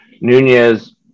Nunez